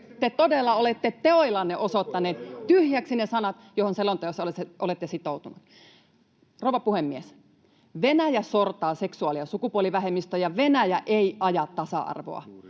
Te todella olette teoillanne osoittaneet tyhjäksi ne sanat, joihin selonteossa olette sitoutuneet. Rouva puhemies! Venäjä sortaa seksuaali- ja sukupuolivähemmistöjä. Venäjä ei aja tasa-arvoa.